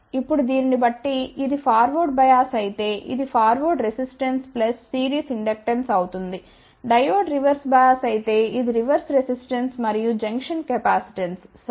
ఇప్పుడు దీనిని బట్టి ఇది ఫార్వర్డ్ బయాస్ అయితే ఇది forward resistance plus series inductance అవుతుంది డయోడ్ రివర్స్ బయాస్ అయితే ఇది రివర్స్ రెసిస్టెన్స్ మరియు జంక్షన్ కెపాసిటెన్స్ సరే